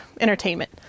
entertainment